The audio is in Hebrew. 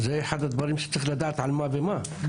זה אחד הדברים שצריך לדעת על מה ולמה,